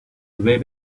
way